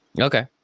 Okay